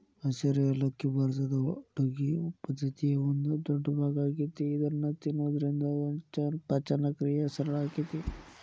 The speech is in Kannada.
ಹಸಿರು ಯಾಲಕ್ಕಿ ಭಾರತದ ಅಡುಗಿ ಪದ್ದತಿಯ ಒಂದ ದೊಡ್ಡಭಾಗ ಆಗೇತಿ ಇದನ್ನ ತಿನ್ನೋದ್ರಿಂದ ಪಚನಕ್ರಿಯೆ ಸರಳ ಆಕ್ಕೆತಿ